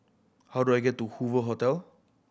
how do I get to Hoover Hotel